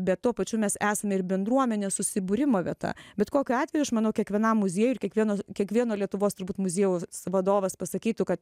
bet tuo pačiu mes esame ir bendruomenės susibūrimo vieta bet kokiu atveju aš manau kiekvienam muziejui ir kiekvienos kiekvieno lietuvos turbūt muziejaus vadovas pasakytų kad